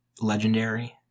legendary